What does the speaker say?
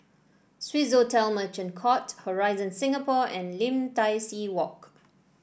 Swissotel Merchant Court Horizon Singapore and Lim Tai See Walk